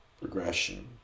progression